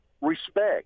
respect